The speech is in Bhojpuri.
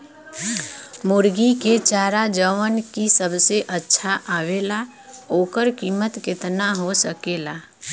मुर्गी के चारा जवन की सबसे अच्छा आवेला ओकर कीमत केतना हो सकेला?